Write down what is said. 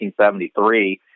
1973